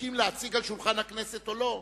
חוקים להציג על שולחן הכנסת ואילו לא?